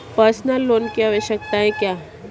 Personal loan की आवश्यकताएं क्या हैं?